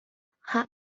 ha